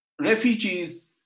refugees